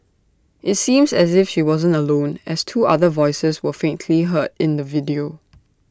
IT seems as if she wasn't alone as two other voices were faintly heard in the video